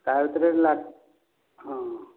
ତା ଭିତରେ ଲାଟ୍ ହଁ